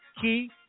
Key